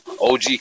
OG